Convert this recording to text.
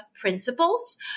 principles